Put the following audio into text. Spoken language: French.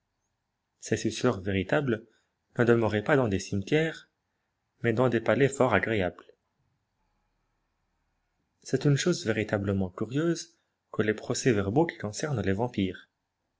ces suceurs véritables ne demeuraient pas dans des cimetières mais dans des palais fort agréables c'est une chose véritablement curieuse que les procès-verbaux qui concernent les vampires